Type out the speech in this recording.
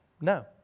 No